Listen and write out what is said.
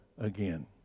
again